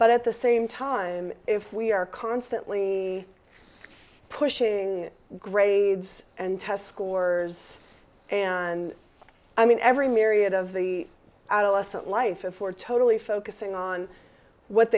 but at the same time if we are constantly pushing grades and test scores and i mean every myriad of the adolescent life if we're totally focusing on what